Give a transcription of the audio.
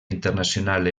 internacional